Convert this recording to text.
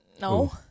No